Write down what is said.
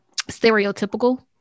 stereotypical